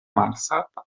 malsata